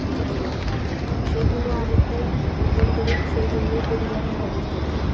জায়গা সেইগুলো অনেকটাই নির্ভর করে সে জায়গায় পরিবহনের ব্যবস্থার ওপর